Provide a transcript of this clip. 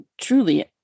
truly